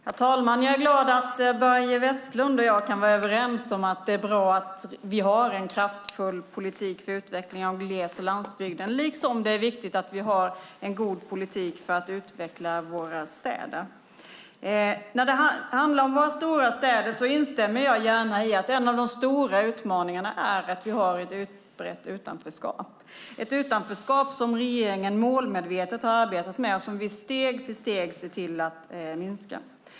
Herr talman! Jag är glad att Börje Vestlund och jag kan vara överens om att det är bra att vi har en kraftfull politik för utveckling av gles och landsbygden liksom det är viktigt att vi har en god politik för att utveckla våra städer. När det handlar om våra stora städer instämmer jag gärna i att en av de stora utmaningarna är att vi har ett utbrett utanförskap. Det är ett utanförskap som regeringen målmedvetet har arbetat med och som vi steg för steg ser till att minska.